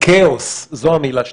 כאוס זו המילה שתהיה.